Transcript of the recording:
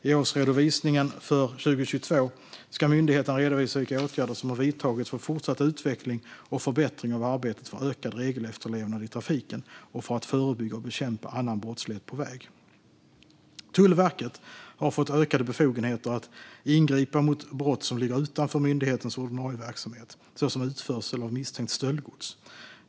I årsredovisningen för 2022 ska myndigheten redovisa vilka åtgärder som har vidtagits för fortsatt utveckling och förbättring av arbetet för ökad regelefterlevnad i trafiken och för att förebygga och bekämpa annan brottslighet på väg. Tullverket har fått ökade befogenheter att ingripa mot brott som ligger utanför myndighetens ordinarie verksamhet, såsom utförsel av misstänkt stöldgods.